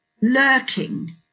lurking